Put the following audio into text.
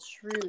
true